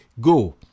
go